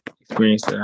experience